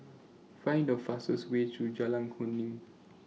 Find The fastest Way to Jalan Kuning